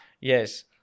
Yes